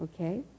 okay